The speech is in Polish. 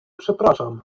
przepraszam